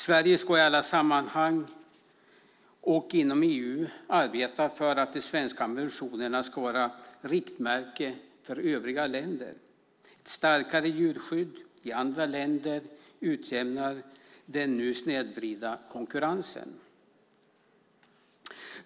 Sverige ska i alla sammanhang och inom EU arbeta för att de svenska ambitionerna ska vara riktmärke för övriga länder. Ett starkare djurskydd i andra länder utjämnar den nu snedvridna konkurrensen.